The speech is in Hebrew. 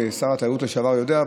ושר התיירות לשעבר גם יודע,